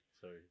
Sorry